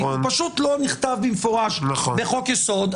הוא פשוט לא נכתב במפורש בחוק יסוד,